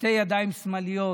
שתי ידיים שמאליות